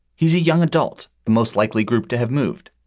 he's a young adult. the most likely group to have moved,